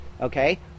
okay